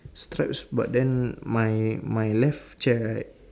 straps but then my my left chair right